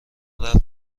رفت